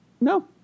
No